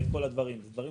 אלה דברים